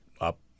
up